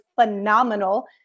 phenomenal